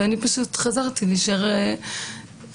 ואני פשוט חזרתי להישאר עגונה.